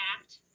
Act